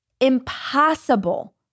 impossible